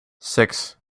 six